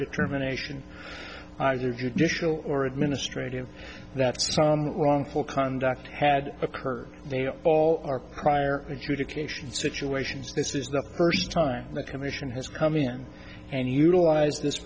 determination either judicial or administrative that wrongful conduct had occurred they all are prior adjudication situations this is the first time the commission has come in and utilize this